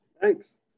Thanks